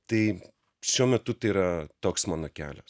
tai šiuo metu tai yra toks mano kelias